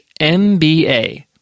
MBA